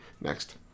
Next